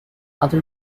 other